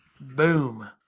Boom